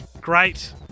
Great